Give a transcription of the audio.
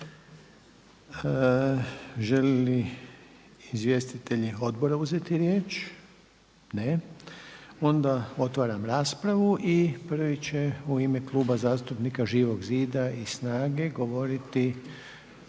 li izvjestitelji odbora uzeti riječ? Ne. Onda otvaram raspravu i prvi će u ime Kluba zastupnika Živog zida i SNAGA-e govoriti